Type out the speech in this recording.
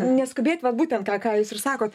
neskubėt va būtent ką ką jūs ir sakot